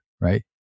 right